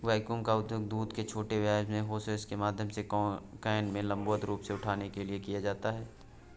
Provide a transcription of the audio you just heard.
vacuum का उपयोग दूध को छोटे व्यास के होसेस के माध्यम से कैन में लंबवत रूप से उठाने के लिए किया जाता है